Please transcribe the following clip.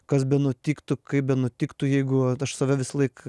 kas benutiktų kaip benutiktų jeigu aš save visąlaik